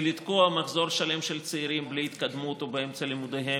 זה לתקוע מחזור שלם של צעירים בלי התקדמות או באמצע לימודיהם,